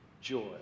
joy